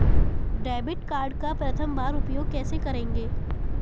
Debit card का प्रथम बार उपयोग कैसे करेंगे?